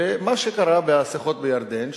ומה שקרה בשיחות בירדן,